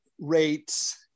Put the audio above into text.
rates